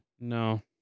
No